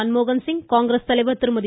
மன்மோகன்சிங் காங்கிரஸ் தலைவர் திருமதி